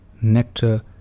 Nectar